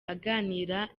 aganira